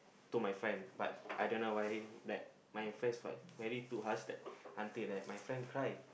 to my friend but I don't know why that my friends like very too harsh that until like my friend cry